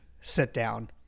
sit-down